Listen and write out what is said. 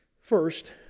First